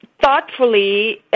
Thoughtfully